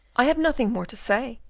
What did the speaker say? i have nothing more to say,